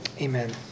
amen